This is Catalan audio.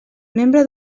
membre